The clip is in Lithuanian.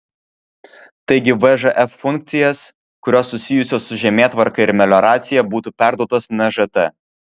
taigi vžf funkcijas kurios susijusios su žemėtvarka ir melioracija būtų perduotos nžt